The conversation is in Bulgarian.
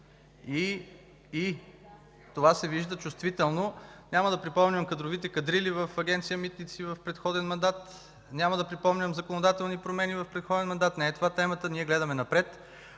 (Шум и реплики от БСП ЛБ.) Няма да припомням кадровите кадрили в Агенция „Митници” в предходен мандат, няма да припомням законодателни промени в предходен мандат – това не е темата, ние гледаме напред.